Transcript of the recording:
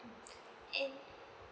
mm and